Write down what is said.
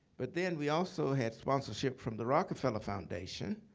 but then we also had sponsorship from the rockefeller foundation,